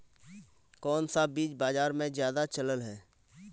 कोन सा बीज बाजार में ज्यादा चलल है?